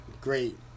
great